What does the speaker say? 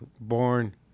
born